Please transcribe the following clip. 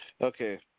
Okay